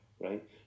right